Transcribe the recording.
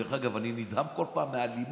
דרך אגב, אני נדהם כל פעם מהאלימות,